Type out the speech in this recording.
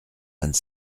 vingt